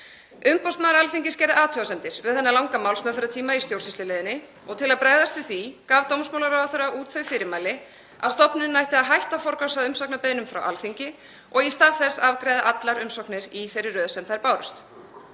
Umboðsmaður Alþingis gerði athugasemdir við þennan langa málsmeðferðartíma í stjórnsýsluleiðinni og til að bregðast við því gaf dómsmálaráðherra út þau fyrirmæli að stofnunin ætti að hætta að forgangsraða umsagnarbeiðnum frá Alþingi og í stað þess afgreiða allar umsóknir í þeirri röð sem þær bárust.